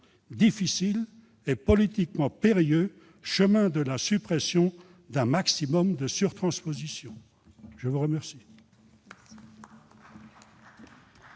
difficile et politiquement périlleux chemin de la suppression d'un maximum de surtranspositions. Dans la